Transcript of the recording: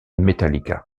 metallica